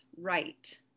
right